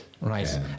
right